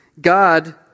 God